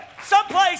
someplace